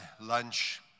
lunch